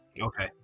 Okay